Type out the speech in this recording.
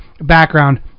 background